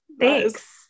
Thanks